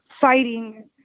fighting